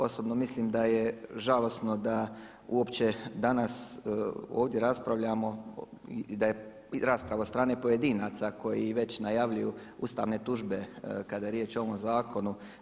Osobno mislim da je žalosno da uopće danas ovdje raspravljamo i da je rasprava od strane pojedinaca koji već najavljuju ustavne tužbe kada je riječ o ovom zakonu.